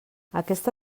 aquesta